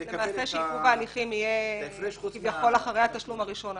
שעיכוב ההליכים יהיה כביכול אחרי התשלום הראשון.